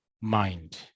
mind